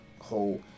whole